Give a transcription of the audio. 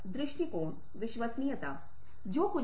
तो यह दूसरी चीज है जो आपको करने की आवश्यकता है